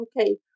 okay